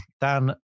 Dan